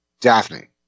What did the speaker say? Daphne